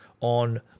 on